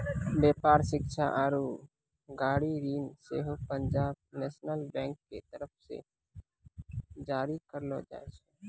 व्यापार, शिक्षा आरु गाड़ी ऋण सेहो पंजाब नेशनल बैंक के तरफो से जारी करलो जाय छै